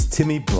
Timmy